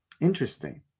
Interesting